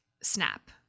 snap